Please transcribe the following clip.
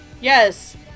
Yes